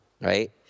right